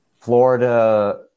Florida